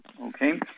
okay